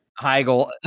heigl